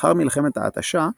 לאחר מלחמת ההתשה,